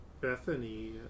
Bethany